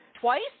twice